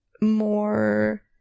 more